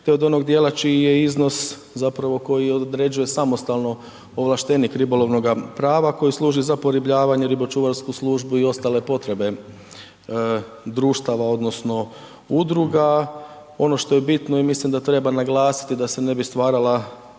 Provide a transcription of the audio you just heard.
te od onog dijela čiji je iznos, zapravo koji određuje samostalno ovlaštenik ribolovnog prava koji služi za poribljavanje, ribočuvarsku službu i ostale potrebe društava odnosno udruga. Ono što je bitno i mislim da treba naglasiti da se ne bi stvarala,